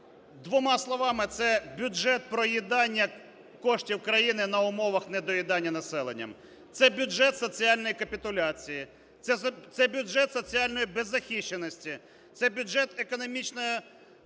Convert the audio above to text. двома словами, це бюджет проїдання коштів країни на умовах недоїдання населенням. Це бюджет соціальної капітуляції, це бюджет соціальної беззахищеності, це бюджет економічної